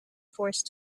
forced